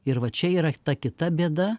ir va čia yra ta kita bėda